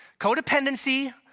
Codependency